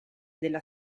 della